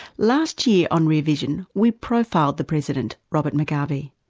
last year on rear vision, we profiled the president, robert mugabe,